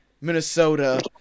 Minnesota